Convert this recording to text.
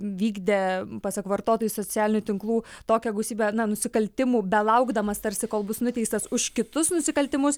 vykdė pasak vartotojų socialinių tinklų tokią gausybę na nusikaltimų belaukdamas tarsi kol bus nuteistas už kitus nusikaltimus